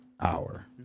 hour